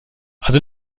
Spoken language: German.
also